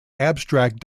abstract